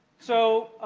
so,